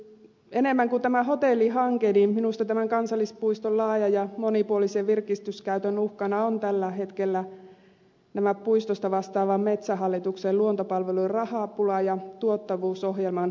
enemmän kuin tämä hotellihanke minusta tämän kansallispuiston laajan ja monipuolisen virkistyskäytön uhkana on tällä hetkellä puistosta vastaavan metsähallituksen luontopalvelujen rahapula ja tuottavuusohjelman vaikutukset